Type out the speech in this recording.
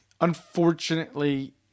Unfortunately